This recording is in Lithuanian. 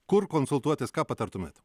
kur konsultuotis ką patartumėt